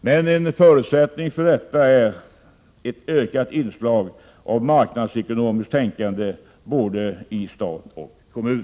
Men en förutsättning för detta är ett ökat inslag av marknadsekonomiskt tänkande både i stat och i kommun.